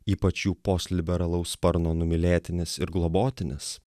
ypač jų postliberalaus sparno numylėtinis ir globotinis